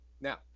Now